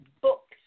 books